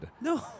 No